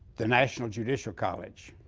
the national judicial college.